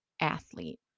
athlete